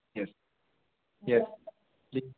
yes yes please